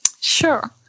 sure